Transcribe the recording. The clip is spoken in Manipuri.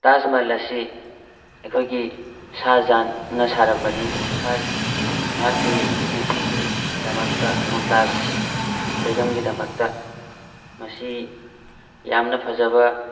ꯇꯥꯖ ꯃꯍꯜ ꯑꯁꯤ ꯑꯩꯈꯣꯏꯒꯤ ꯁꯍꯥꯖꯍꯥꯟꯅ ꯁꯥꯔꯝꯕꯅꯤ ꯁꯍꯥ ꯃꯍꯥꯛꯀꯤ ꯅꯨꯄꯤꯒꯤꯗꯃꯛꯇ ꯃꯝꯇꯥꯖ ꯕꯦꯒꯝꯒꯤꯗꯃꯛꯇ ꯃꯁꯤ ꯌꯥꯝꯅ ꯐꯖꯕ